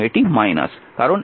কারণ এটি কিছুই নেই